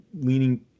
leaning